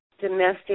domestic